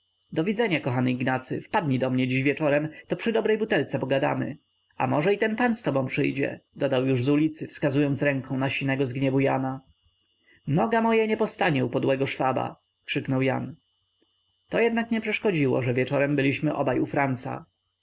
do widzenia kochany ignacy wpadnij do mnie dziś wieczorem to przy dobrej butelce pogadamy a może i ten pan z tobą przyjdzie dodał już z ulicy wskazując ręką na sinego z gniewu jana noga moja nie postanie u podłego szwaba krzyknął jan to jednak nie przeszkodziło że wieczorem byliśmy obaj u franca